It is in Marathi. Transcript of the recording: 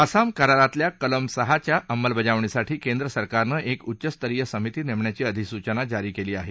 आसाम करारातील कलम सहाच्या अंमलबजावणीसाठी केंद्रसरकारनं एक उच्चस्तरीय समिती नेमण्याची अधिसूचना जारी केली आहे